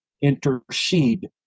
intercede